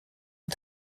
n’a